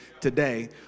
today